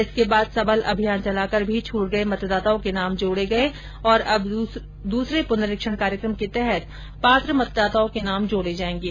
इसके बाद सबल अभियान चलाकर भी छूट गये मतदाताओं के नाम जोड़े गए और अब दूसरे पुनरीक्षण कार्यक्रम के तहत पात्र मतदाताओं के नाम जोड़े जाएंगे